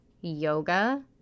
yoga